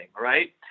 right